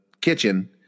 kitchen